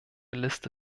liste